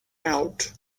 out